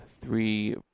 three